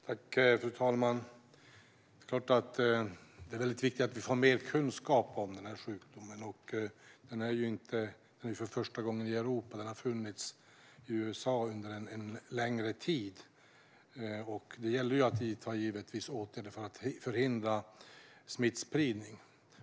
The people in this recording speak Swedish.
Fru talman! Det är klart att det är mycket viktigt att vi får mer kunskap om denna sjukdom. Det är första gången som man har funnit den i Europa. Den har funnits i USA under en längre tid. Det gäller givetvis att vi vidtar åtgärder för att förhindra smittspridning.